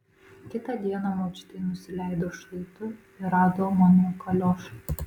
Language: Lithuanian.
kitą dieną močiutė nusileido šlaitu ir rado mano kaliošą